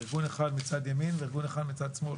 ארגון אחד מצד ימין וארגון אחד מצד שמאל.